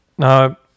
Now